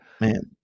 Man